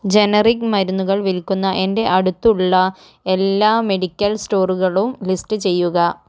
generic മരുന്നുകൾ വിൽക്കുന്ന എൻ്റെ അടുത്തുള്ള എല്ലാ മെഡിക്കൽ സ്റ്റോറുകളും ലിസ്റ്റ് ചെയ്യുക